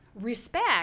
respect